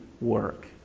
work